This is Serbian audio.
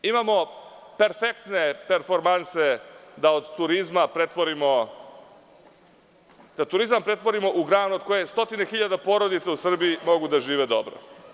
Imamo perfektne performanse da turizam pretvorimo u granu od koje stotine hiljada porodica u Srbiji mogu da žive dobro.